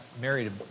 married